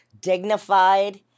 Dignified